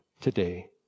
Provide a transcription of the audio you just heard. today